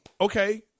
Okay